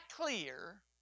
clear